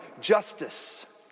justice